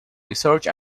research